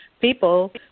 people